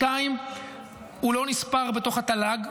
2. הוא לא נספר בתוך התל"ג.